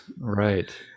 right